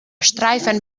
streifen